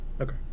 Okay